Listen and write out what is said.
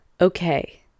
Okay